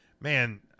man